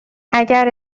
اگر